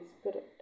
Spirit